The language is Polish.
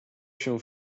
się